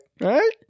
Right